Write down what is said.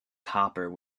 copper